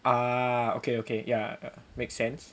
ah okay okay ya make sense